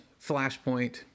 Flashpoint